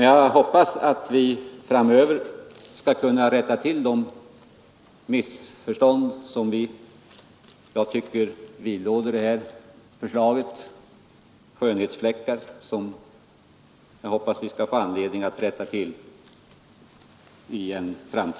Jag hoppas att vi i framtiden skall kunna rätta till de missförstånd som jag tycker är skönhetsfläckar på det här förslaget.